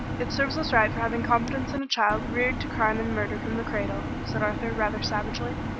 it serves us right for having confidence in a child reared to crime and murder from the cradle, said arthur, rather savagely.